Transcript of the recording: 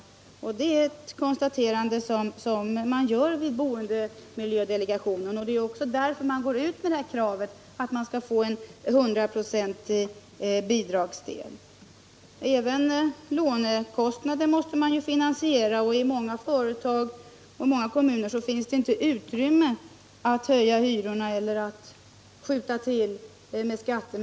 Det är ett konstaterande som boendemiljödelegationen gör och det är också från det hållet som kravet på en hundraprocentig bidragsdel framförs. Även lånekostnader måste man ju finansiera, och i många företag och kommuner finns det inte utrymme för att höja hyrorna eller skjuta till kommunala skattemedel för detta ändamål.